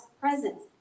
presence